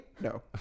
no